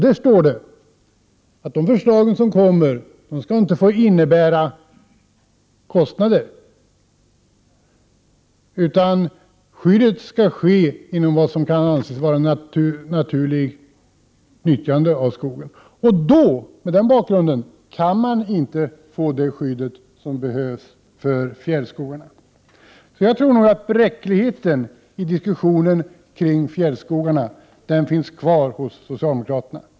Det står där att förslagen inte får innebära kostnader. Skyddet skall ske inom vad som kan anses vara ett naturligt nyttjande av skogen. Mot den bakgrunden går det inte att få det skydd som behövs för de fjällnära skogarna. Bräckligheten i diskussionen om de fjällnära skogarna finns kvar hos socialdemokraterna.